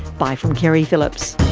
bye from keri phillips